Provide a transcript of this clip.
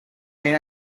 main